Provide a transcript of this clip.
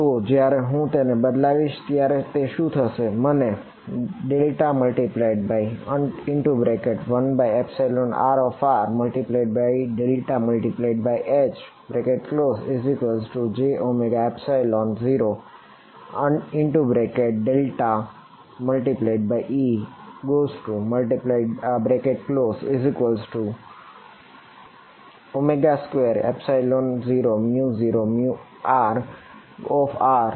તો જયારે હું આને બદલાવીશ ત્યારે શું થશે કે મને ∇×1rr∇×Hjω0∇×E200rrH મળશે બરાબર